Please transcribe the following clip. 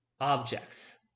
objects